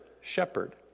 shepherd